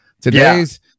today's